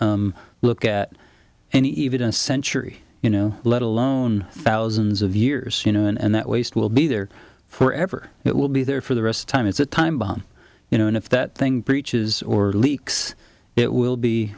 not look at any even a century you know let alone thousands of years you know and that waste will be there forever it will be there for the rest time it's a time bomb you know and if that thing breaches or leaks it will be